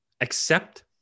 accept